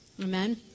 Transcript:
Amen